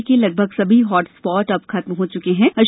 देवास जिले के लगभग सभी हॉटस्पॉट अब खत्म हो चुके हैं